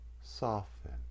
soften